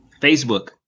Facebook